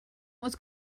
was